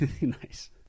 Nice